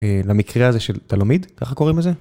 למקרה הזה של תלומיד, ככה קוראים לזה?